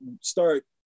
start